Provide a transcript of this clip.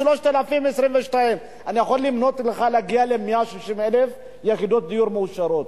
3,022. אני יכול למנות לך ולהגיע ל-160,000 יחידות דיור מאושרות.